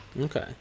okay